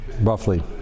roughly